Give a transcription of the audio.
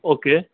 okay